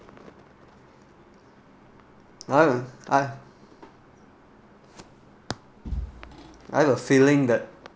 I've I I've a feeling that